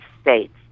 states